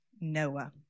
Noah